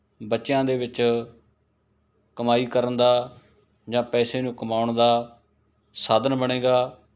ਬੱਚਿਆਂ ਦੇ ਵਿੱਚ ਕਮਾਈ ਕਰਨ ਦਾ ਜਾਂ ਪੈਸੇ ਨੂੰ ਕਮਾਉਣ ਦਾ ਸਾਧਨ ਬਣੇਗਾ